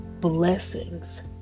blessings